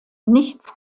nichts